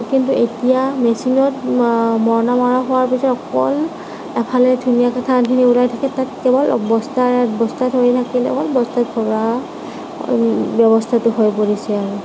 কিন্তু এতিয়া মেচিনত মৰণা মৰা হোৱা পিছৰ পৰা এফালে ধুনীয়াকৈ ধানখিনি ওলাই থাকে তাৰ তলত বস্তাৰে ভৰাই বস্তাটো ভৰাই দি গুচি আহে